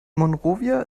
monrovia